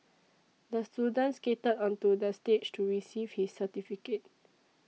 the student skated onto the stage to receive his certificate